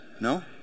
No